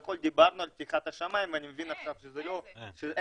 דיברנו על פתיחת השמיים אני מבין עכשיו שאין -- אין,